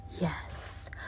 yes